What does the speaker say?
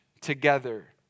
together